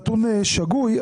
שגוי.